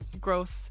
growth